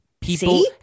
people